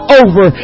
over